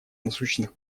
насущных